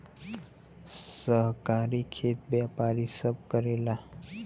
सहकारी खेती व्यापारी सब करेला